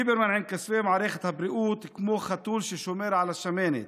ליברמן עם כספי המערכת כמו חתול ששומר על השמנת,